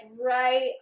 right